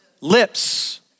lips